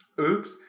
Oops